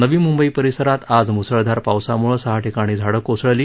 नवी मुंबई परिसरात आज मुसळधार पावसामुळे सहा ठिकाणी झाडं कोसळली